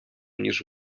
ніж